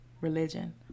religion